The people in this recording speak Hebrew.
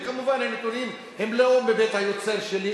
וכמובן הנתונים הם לא מבית היוצר שלי,